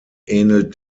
ähnelt